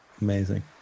Amazing